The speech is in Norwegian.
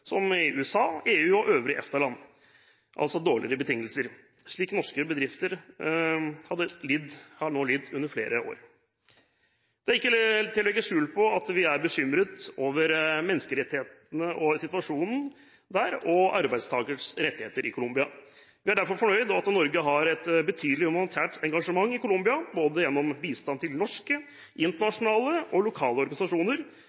handelspartnere i USA, EU og øvrige EFTA-land – og få dårligere betingelser, noe norske bedrifter har lidd under i flere år. Det er ikke til å legge skjul på at vi er bekymret over menneskerettighetssituasjonen og arbeidstakeres rettigheter i Colombia. Vi er derfor fornøyd med at Norge har et betydelig humanitært engasjement i Colombia, både gjennom bistand til norske, internasjonale og lokale organisasjoner